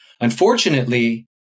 Unfortunately